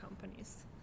companies